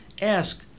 ask